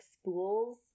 spools